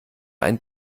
ein